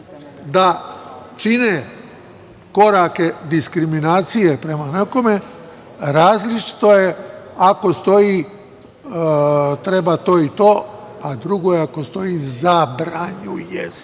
da čine korake diskriminacije prema nekome. Različito je ako stoji – treba to i to, a drugo je ako stoji – zabranjuje se.